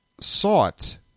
sought